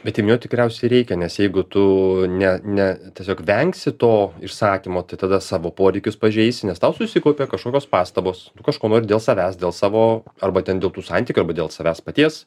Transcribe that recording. bet jam tikriausiai reikia nes jeigu tu ne ne tiesiog vengsi to išsakymo tai tada savo poreikius pažeisi nes tau susikaupė kažkokios pastabos tu kažko nori dėl savęs dėl savo arba ten dėl tų santykių arba dėl savęs paties